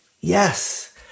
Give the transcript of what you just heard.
yes